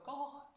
God